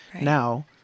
Now